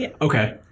Okay